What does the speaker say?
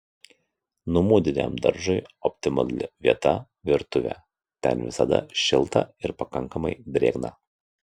namudiniam daržui optimali vieta virtuvė ten visada šilta ir pakankamai drėgna